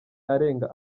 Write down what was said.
arenga